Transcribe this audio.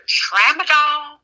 tramadol